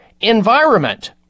environment